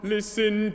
Listen